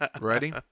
Ready